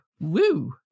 Woo